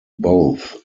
both